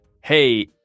Hey